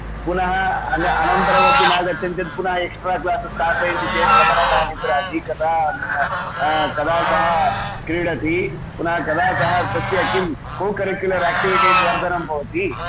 पुनः अनन्तरमपि नागच्छन्ति चेत् पुनः एक्श्ट्रा क्लासस् स्थापयन्ति चेत् कदा सः निद्राति कदा कदा सः क्रीडति पुनः कदा सः तस्य किं कोकरिक्युलर् आक्टिविटीस् वर्धनं भवति